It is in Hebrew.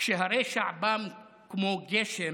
כשהרשע בא כמו גשם,